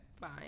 Fine